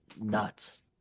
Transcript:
nuts